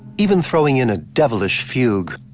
even throwing in a devilish fugue.